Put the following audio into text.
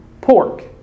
pork